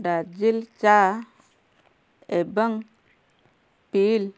ଡାର୍ଜିଲିଂ ଚା ଏବଂ ପିଲ୍